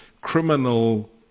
criminal